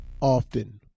often